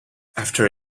after